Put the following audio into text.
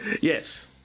Yes